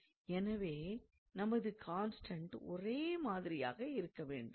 எனவே நமது கான்ஸ்டண்ட் ஒரே மாதிரியாகவே இருக்க வேண்டும்